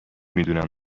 میدونم